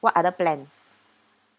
what other plans